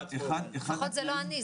לפחות זה לא אני.